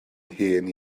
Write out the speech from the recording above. hen